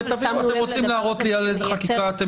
אתם רוצים להראות לי על איזה חקיקה אתם